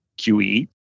QE